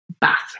bath